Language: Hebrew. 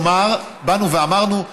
כלומר, באנו ואמרנו: